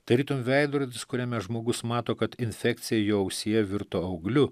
tarytum veidrodis kuriame žmogus mato kad infekcija jo ausyje virto augliu